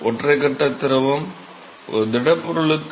ஒற்றை கட்ட திரவம் ஒரு திடப்பொருளுக்கு